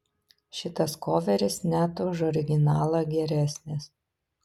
šitas koveris net už originalą geresnis